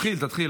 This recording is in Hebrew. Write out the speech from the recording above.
תתחיל, תתחיל.